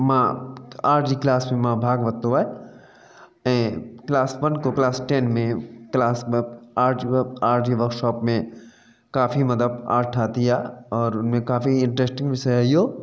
मां आर्ट जी क्लास में मां भाग वतो आहे ऐं क्लास वन खो क्लास टेन में क्लास में आर्ट जी आर्ट जी वर्कशॉप में काफ़ी मतिलबु आर्ट ठाही आहे और हुन में काफ़ी इंट्रेस्टिंग विषय आहे इहो